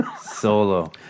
Solo